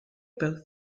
both